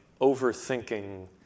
overthinking